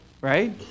right